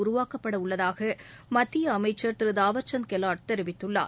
உருவாக்கப்பட உள்ளதாக மத்திய அமைச்சர் திரு தாவர்சந்த் கெலாட் தெரிவித்துள்ளார்